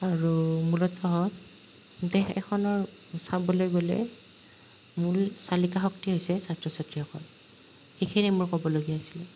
আৰু মূলতঃ দেশ এখনৰ চাবলৈ গ'লে মূল চালিকা শক্তিয়েই হৈছে ছাত্ৰ ছাত্ৰীসকল এইখিনিয়েই মোৰ ক'বলগীয়া আছিলে